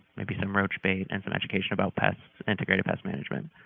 maybe some roach bait and some education about pest, integrated pest management.